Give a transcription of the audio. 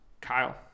Kyle